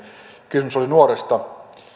kysymys oli nuoresta